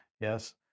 Yes